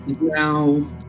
now